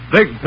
Big